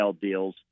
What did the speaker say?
deals